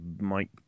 Mike